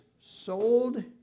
sold